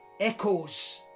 echoes